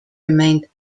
remained